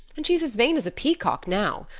and she's as vain as a peacock now.